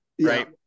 right